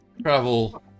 Travel